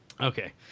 Okay